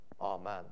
Amen